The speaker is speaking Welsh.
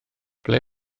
ble